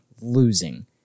losing